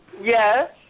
Yes